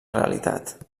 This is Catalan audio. realitat